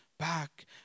back